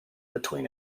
between